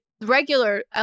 regular